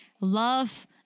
love